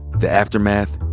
the aftermath,